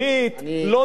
לא נעימה.